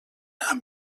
amb